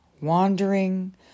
wandering